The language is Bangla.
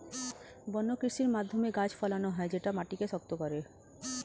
বন্য কৃষির মাধ্যমে গাছ ফলানো হয় যেটা মাটিকে শক্ত করে